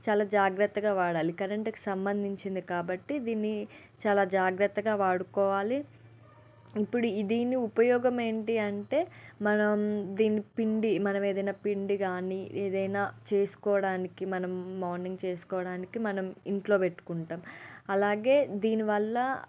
చాలా జాగ్రత్తగా వాడాలి కరెంట్కి సంబంధించింది కాబట్టి దీన్ని చాలా జాగ్రత్తగా వాడుకోవాలి ఇప్పుడు దీన్ని ఉపయోగమేంటి అంటే మనం దీన్ని పిండి మనమేదైనా పిండి కాని ఏదైనా చేసుకోవడానికి మనం మార్నింగ్ చేసుకోవడానికి మనం ఇంట్లో పెట్టుకుంటాం అలాగే దీనివల్ల